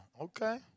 Okay